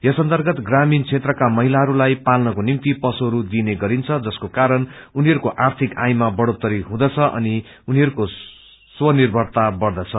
यस अर्न्तगत ग्रामीण क्षेत्रका महिलाहरूलाइ पाल्नको निम्ति पशुहरू दिइने गरिन्छ जसको कारण उनीहरूको आर्थिक आयामा बढ़ोत्तरी हुँदछ अनि उनीहरूको स्वर्निभरता बढ़दछ